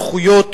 דחויות,